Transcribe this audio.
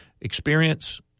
experience